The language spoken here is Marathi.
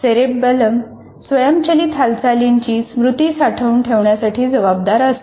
सेरेबेलम स्वयंचलित हालचालींची स्मृती साठवून ठेवण्यासाठी जबाबदार असतो